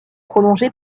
prolongée